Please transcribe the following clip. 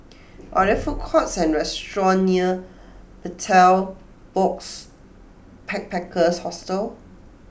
are there food courts or restaurants near Betel Box Backpackers Hostel